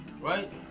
Right